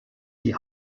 die